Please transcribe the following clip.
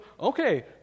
okay